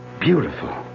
beautiful